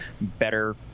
better